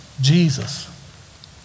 Jesus